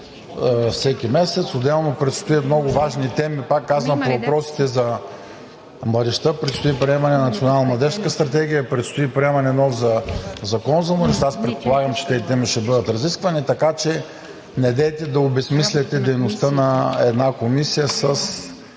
всеки месец. Отделно предстоят много важни теми, пак казвам, по въпросите за младежта. Предстои приемането на Национална младежка стратегия, предстои приемането на нов Закон за младежта. Предполагам, че тези теми ще бъдат разисквани, така че недейте да обезсмисляте дейността на една комисия с